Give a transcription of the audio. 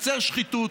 תעצור שחיתות,